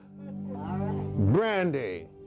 Brandy